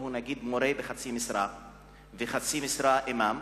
אם למשל הוא מורה בחצי משרה וחצי משרה אימאם,